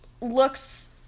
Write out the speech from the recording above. looks